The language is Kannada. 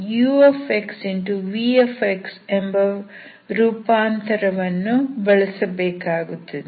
v ಎಂಬ ರೂಪಾಂತರವನ್ನು ಬಳಸಬೇಕಾಗುತ್ತದೆ